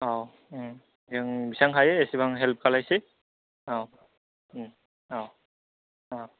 औ दे बेसेबां हायो एसेबां हेल्प खालामसै औ औ औ